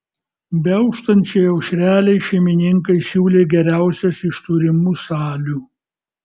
beauštančiai aušrelei šeimininkai siūlė geriausias iš turimų salių